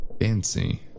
Fancy